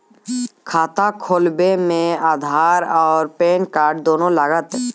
खाता खोलबे मे आधार और पेन कार्ड दोनों लागत?